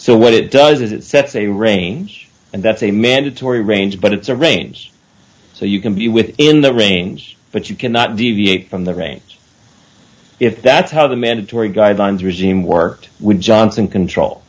so what it does is it sets a range and that's a mandatory range but it's a range so you can be within the range but you cannot deviate from the range if that's how the mandatory guidelines regime worked when johnson control